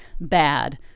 bad